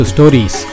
Stories